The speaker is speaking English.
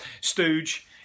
stooge